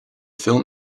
film